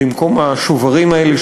במקום השוברים האלה,